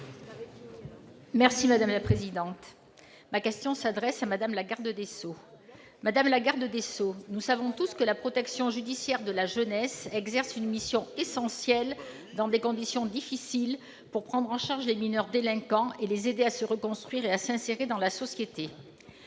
social Européen. Ma question s'adresse à Mme la garde des sceaux, ministre de la justice. Madame la garde des sceaux, nous savons tous que la Protection judiciaire de la jeunesse exerce une mission essentielle, dans des conditions difficiles, pour prendre en charge les mineurs délinquants et les aider à se reconstruire et à s'insérer dans la société.